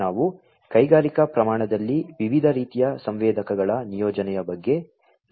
ನಾವು ಕೈಗಾರಿಕಾ ಪ್ರಮಾಣದಲ್ಲಿ ವಿವಿಧ ರೀತಿಯ ಸಂವೇದಕಗಳ ನಿಯೋಜನೆಯ ಬಗ್ಗೆ ಮಾತನಾಡಿದ್ದೇವೆ